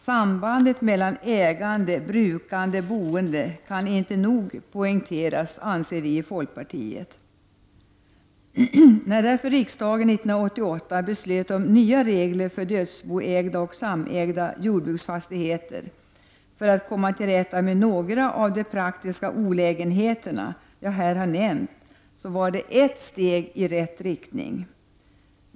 Sambandet mellan ägande, brukande och boende kan inte nog poängteras, anser vi i folkpartiet. När därför riksdagen 1988 beslöt om nya regler för dödsboägda och samägda jordbruksfastigheter, för att komma till rätta med några av de praktiskt olägenheter som jag här har nämnt, var det ett steg i rätt riktning.